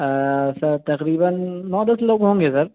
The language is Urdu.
سر تقریباََ نو دس لوگ ہوں گے سر